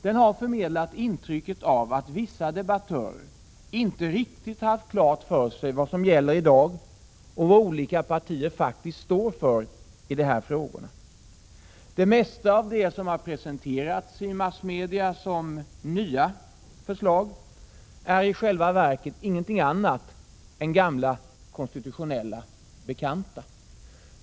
Den har förmedlat intrycket av att vissa debattörer inte riktigt har haft klart för sig vad som gäller i dag och vad olika partier faktiskt står för i dessa frågor. Det mesta av det som har presenterats i massmedia som nya förslag är i själva verket ingenting annat än gamla konstitutionella bekanta.